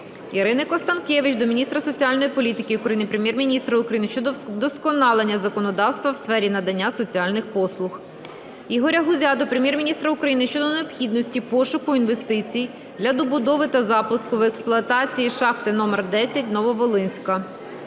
Ірини Констанкевич до міністра соціальної політики України, Прем'єр-міністра України щодо вдосконалення законодавства у сфері надання соціальних послуг. Ігоря Гузя до Прем'єр-міністра України щодо необхідності пошуку інвестицій для добудови та пуску в експлуатацію шахти № 10 "Нововолинська".